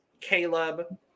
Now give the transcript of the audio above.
Caleb